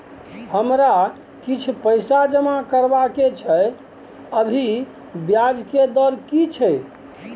हमरा किछ पैसा जमा करबा के छै, अभी ब्याज के दर की छै?